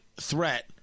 threat